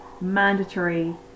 mandatory